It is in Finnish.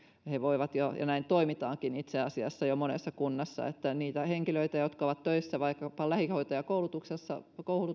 näin toimitaankin itse asiassa jo monessa kunnassa niitä henkilöitä jotka ovat töissä vaikkapa lähihoitajakoulutuksella